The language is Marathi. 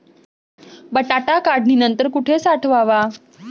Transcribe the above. बटाटा काढणी नंतर कुठे साठवावा?